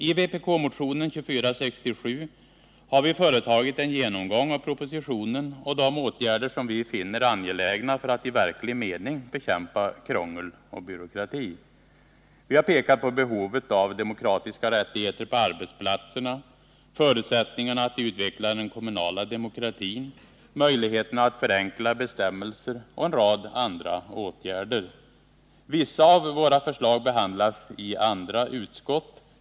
I vpk-motionen 2467 har vi företagit en genomgång av propositionen och de åtgärder som vi finner angelägna för att i verklig mening bekämpa krångel och byråkrati. Vi har pekat på behovet av demokratiska rättigheter på arbetsplatserna, förutsättningarna att utveckla den kommunala demokratin, möjligheterna att förenkla bestämmelser och en rad andra åtgärder. Vissa av våra förslag behandlas i andra utskott.